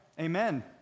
Amen